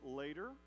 later